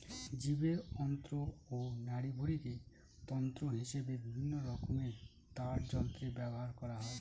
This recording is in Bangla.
জীবের অন্ত্র ও নাড়িভুঁড়িকে তন্তু হিসেবে বিভিন্নরকমের তারযন্ত্রে ব্যবহার করা হয়